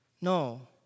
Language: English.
No